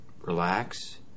relax